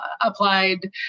applied